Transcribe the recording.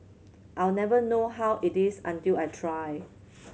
I'll never know how it is until I try